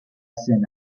zen